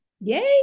Yay